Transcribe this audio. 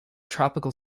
tropical